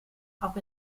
auch